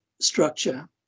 structure